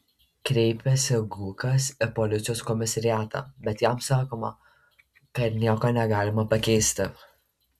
kreipiasi gūkas į policijos komisariatą bet jam sakoma kad nieko negalima pakeisti